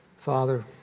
Father